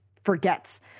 forgets